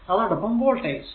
അതോടൊപ്പം വോൾടേജ്